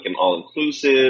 all-inclusive –